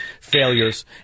failures